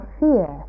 fear